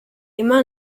immer